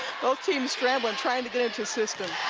both teams crambling trying to get into the system.